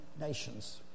nations